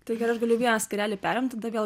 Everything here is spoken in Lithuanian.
taigi gal aš galiu vieną skyrelį perimt tada vėl